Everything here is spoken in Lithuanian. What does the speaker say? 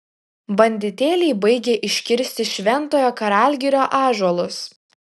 banditėliai baigia iškirsti šventojo karalgirio ąžuolus